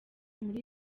muri